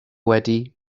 wedi